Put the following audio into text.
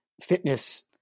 fitness